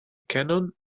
cannon